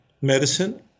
medicine